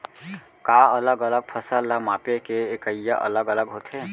का अलग अलग फसल ला मापे के इकाइयां अलग अलग होथे?